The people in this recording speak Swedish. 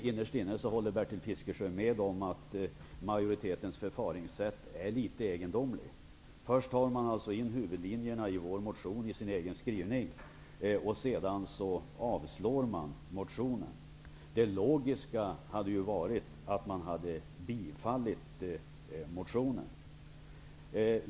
Innerst inne håller nog Bertil Fiskesjö med om att majoritetens förfaringssätt är litet egendomligt. Först tar man in huvudlinjerna från vår motion i sin egen skrivning, sedan avstyrker man motionen. Det logiska hade varit att bifalla motionen.